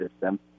system